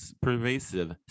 pervasive